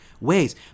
ways